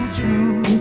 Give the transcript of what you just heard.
true